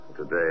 Today